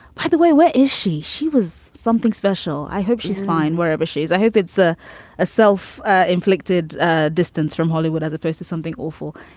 by the way, where is she? she was something special. i hope she's fine wherever she is. i hope it's ah a self inflicted ah distance from hollywood as a face to something awful.